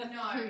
no